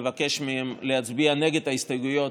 לבקש מהם להצביע נגד ההסתייגויות,